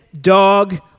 dog